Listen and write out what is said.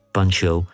Pancho